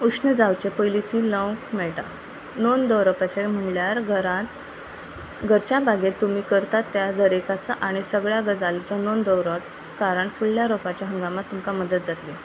उश्ण जावचे पयलीं ती लावंक मेळटा नोंद दवरपाचे म्हळ्यार घरांत घरच्या भागेंत तुमी करतात त्या दरेकाचो आनी सगळ्या गजालीचो नोंद दवरप कारण फुडल्या रोपाच्या हांगामा तुमकां मदत जातली